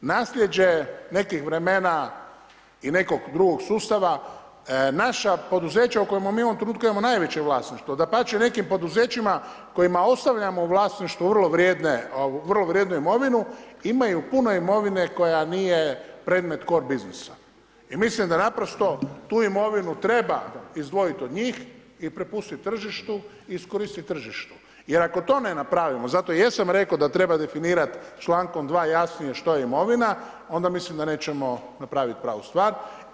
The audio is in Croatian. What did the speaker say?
Nasljeđe nekih vremena i nekog drugog sustava, naša poduzeća u kojima mi u ovom trenutku imamo najveće vlasništvo, dapače nekim poduzećima kojima ostavljamo u vlasništvo vrlo vrijednu imovinu imaju puno imovine koja nije predmet core business i mislim da naprosto tu imovinu treba izdvojiti od njih i prepustiti tržištu i iskoristiti tržištu jer ako to ne napravimo zato i jesam rekao da treba definirati člankom 2. jasnije što je imovina, onda mislim da nećemo napraviti pravu stvar.